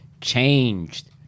changed